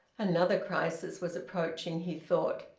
another crisis was approaching, he thought.